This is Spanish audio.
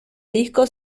disco